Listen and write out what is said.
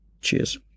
Cheers